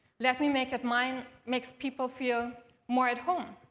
let me make it mine makes people feel more at home.